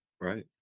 Right